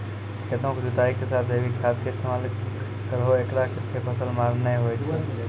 खेतों के जुताई के साथ जैविक खाद के इस्तेमाल करहो ऐकरा से फसल मार नैय होय छै?